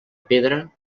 pedra